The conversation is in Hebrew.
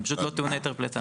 הם פשוט לא טעוני היתר פליטה.